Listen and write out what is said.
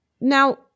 Now